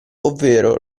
ovvero